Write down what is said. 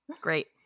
Great